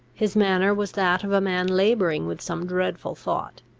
his manner was that of a man labouring with some dreadful thought,